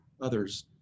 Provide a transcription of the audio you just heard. others